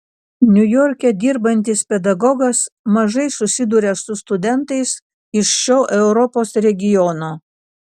niujorke dirbantis pedagogas mažai susiduria su studentais iš šio europos regiono